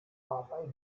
partei